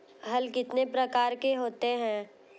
हल कितने प्रकार के होते हैं?